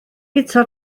guto